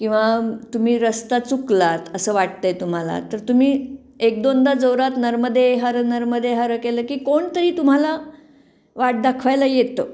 किंवा तुम्ही रस्ता चुकलात असं वाटत आहे तुम्हाला तर तुम्ही एक दोनदा जोरात नर्मदे हर नर्मदे हर केलं की कोणतरी तुम्हाला वाट दाखवायला येतो